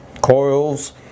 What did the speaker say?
coils